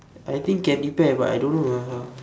I think can repair but I don't know ah how